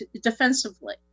defensively